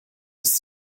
ist